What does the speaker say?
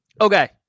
Okay